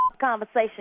conversation